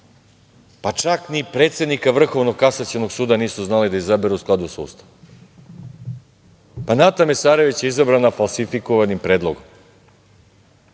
pa, čak ni predsednika Vrhovnog kasacionog suda nisu znali da izaberu u skladu sa Ustavom. Nata Mesarević je izabrana falsifikovanim predlogom.